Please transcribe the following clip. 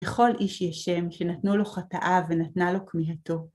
לכל איש ישם שנתנו לו חטאיו ונתנה לו כמיהתו.